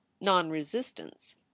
non-resistance